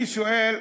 אני שואל,